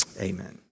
Amen